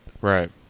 Right